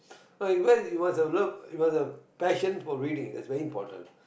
no because you must have love you must have passion for reading that's very important